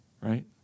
right